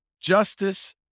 justice